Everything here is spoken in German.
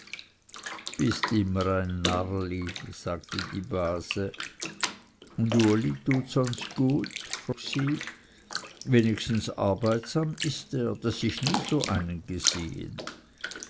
bist immer ein narrli sagte die base und uli tut sonst gut frug sie wenigstens arbeitsam ist er daß ich nie einen so gesehen